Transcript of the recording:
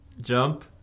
Jump